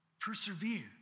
Persevere